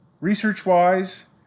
Research-wise